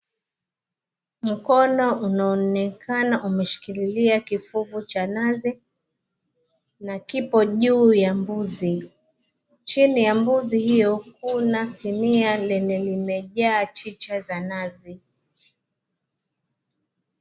Mkono unaonekana umeshikilia kifuvu cha nazi na kipo juu ya mbuzi. Chini ya mbuzi hiyo kuna sinia lenye limejaa chicha za nazi.